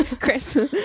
Chris